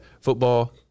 football